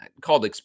Called